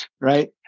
right